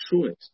choice